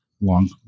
long